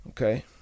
Okay